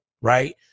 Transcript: Right